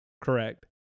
correct